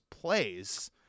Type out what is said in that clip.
plays